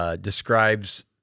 describes